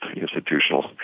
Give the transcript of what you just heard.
institutional